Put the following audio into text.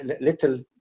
little